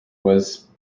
was